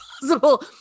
possible